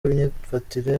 imyifatire